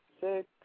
Six